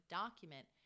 document